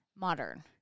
modern